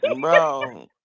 Bro